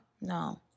No